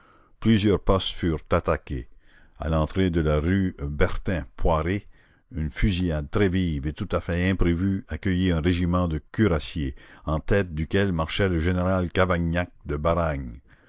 plusieurs postes furent attaqués à l'entrée de la rue bertin poirée une fusillade très vive et tout à fait imprévue accueillit un régiment de cuirassiers en tête duquel marchait le général cavaignac de baragne